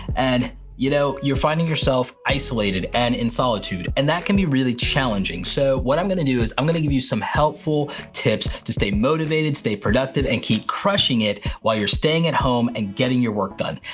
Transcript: and you know, you're finding yourself isolated and in solitude, and that can be really challenging. so, what i'm gonna do is i'm gonna give you some helpful tips to stay motivated, stay productive, and keep crushing it while you're staying at home and getting your work done,